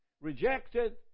rejected